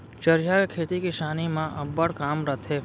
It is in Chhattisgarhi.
चरिहा के खेती किसानी म अब्बड़ काम रथे